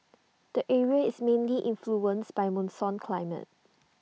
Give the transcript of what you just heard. the area is mainly influenced by monsoon climate